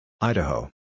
Idaho